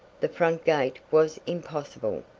the front gate was impossible.